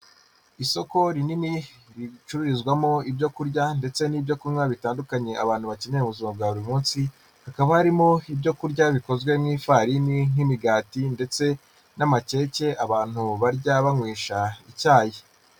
Isoko rinini ricururizwamo ibyo kurya ndetse n'ibyo kunywa bitandukanye abantu bakenera mu buzima bwa buri munsi, hakaba harimo ibyo kurya bikozwe mu ifarini nk'imigati ndetse n'amakeke abantu barya banywesha icyayi.